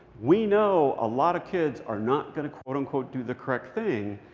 we know a lot of kids are not going to quote, unquote, do the correct thing.